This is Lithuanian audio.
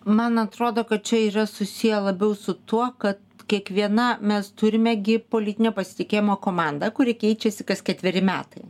man atrodo kad čia yra susiję labiau su tuo kad kiekviena mes turime gi politinio pasitikėjimo komandą kuri keičiasi kas ketveri metai